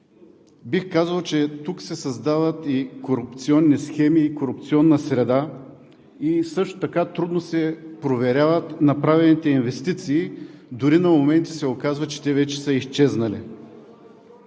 Бих казал, че тук се създават корупционни схеми и корупционна среда. Също така трудно се проверяват направените инвестиции, дори на моменти се оказва, че те вече са изчезнали.